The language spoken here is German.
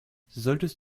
solltest